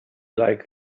like